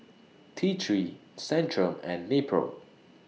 T three Centrum and Nepro